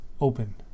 open